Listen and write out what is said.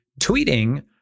tweeting